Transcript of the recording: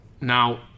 Now